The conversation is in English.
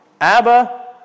Abba